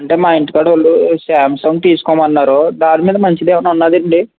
అంటే మా ఇంటి కాడోల్లు శాంసంగ్ తీసుకోమన్నారు దాని మీద మంచిది ఏమైనా ఉన్నాదండి